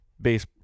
base